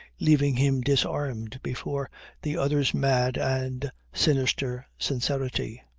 leaving him disarmed before the other's mad and sinister sincerity.